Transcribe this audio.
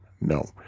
no